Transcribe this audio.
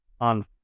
on